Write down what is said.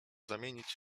zamienić